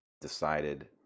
decided